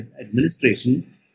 administration